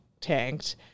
tanked